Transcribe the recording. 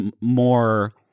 more